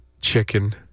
chicken